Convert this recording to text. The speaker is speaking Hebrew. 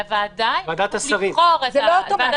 לוועדת השרים יש סמכות לבחור את ההגבלות.